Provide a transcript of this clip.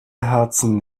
herzen